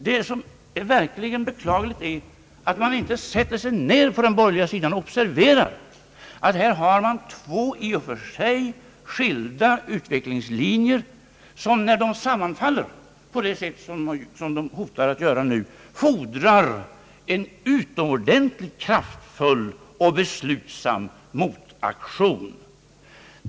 Det är verkligen beklagligt att man på den borgerliga sidan inte observerar att här är det fråga om två i och för sig skilda utvecklingslinjer, som när de sammanfaller på det sätt som de hotar att göra nu, fordrar en utomordentligt kraftfull och beslutsam motaktion.